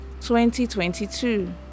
2022